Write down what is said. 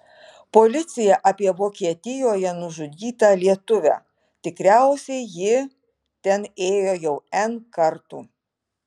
policija apie vokietijoje nužudytą lietuvę tikriausiai ji ten ėjo jau n kartų